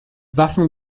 waffen